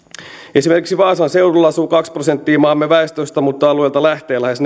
esimerkiksi vaasan seudulla asuu kaksi prosenttia maamme väestöstä mutta alueelta lähtee lähes